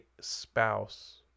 spouse